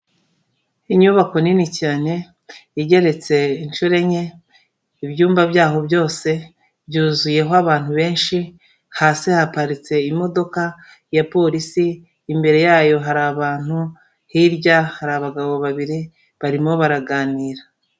Inyubako nini cyane igeretse inshuro enye, ibyumba byaho byose byuzuyeho abantu benshi, hasi haparitse imodoka ya polisi, imbere yayo hari abantu, hirya hari abagabo babiri barimo baraganira.